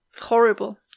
Horrible